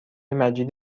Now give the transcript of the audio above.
مجید